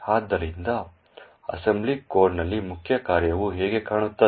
ಆದ್ದರಿಂದ ಅಸೆಂಬ್ಲಿ ಕೋಡ್ನಲ್ಲಿ ಮುಖ್ಯ ಕಾರ್ಯವು ಹೇಗೆ ಕಾಣುತ್ತದೆ